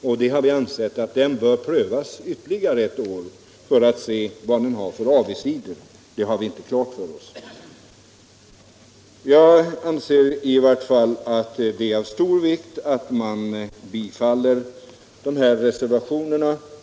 Vi har Onsdagen den ansett att man bör pröva den ytterligare ett år för att se vilka avigsidor 5 november 1975 den har. Vilka de är har vi ännu inte klart för oss. Säker Jag anser det vara av stor vikt att reservationen bifalles.